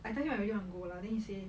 I tell you I really wanna go lah then he say